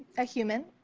a human.